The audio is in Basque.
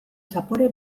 zapore